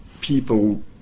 people